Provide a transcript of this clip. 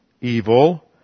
evil